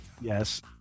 yes